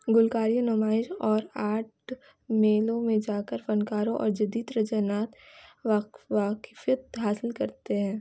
گلوکاری نمائش اور آرٹ میلوں میں جا کر فنکاروں اور جدید رجحانات واقفیت حاصل کرتے ہیں